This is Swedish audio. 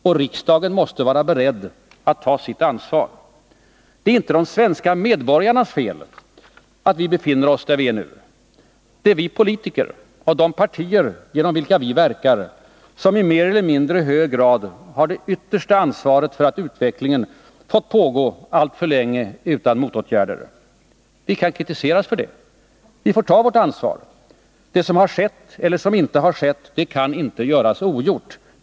Och riksdagen måste vara beredd att ta sitt ansvar. Det är inte de svenska medborgarnas fel att vi befinner oss där vi nu är. Det är vi politiker och de partier genom vilka vi verkar, som i mer eller mindre hög grad har det yttersta ansvaret för att utvecklingen fått pågå alltför länge utan motåtgärder. Vi kan kritiseras för detta. Vi får ta vårt ansvar. Det som har skett eller som icke har skett kan inte göras ogjort.